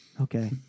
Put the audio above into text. Okay